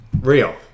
real